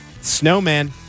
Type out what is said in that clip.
Snowman